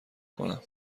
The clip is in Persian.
کنم